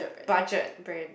budget brand